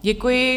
Děkuji.